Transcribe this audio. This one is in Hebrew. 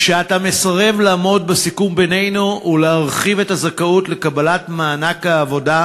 כשאתה מסרב לעמוד בסיכום בינינו ולהרחיב את הזכאות לקבלת מענק העבודה,